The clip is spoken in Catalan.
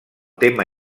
tema